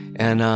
and